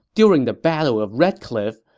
during the battle of red cliff,